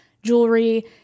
jewelry